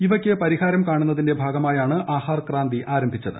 ഇവയ്ക്ക് പരിഹാരം കാണു്സ്തിന്റെ ഭാഗമായാണ് ആഹാർ ക്രാന്തി ആരംഭിച്ചത്